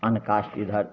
अन्य कास्ट इधर